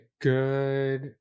good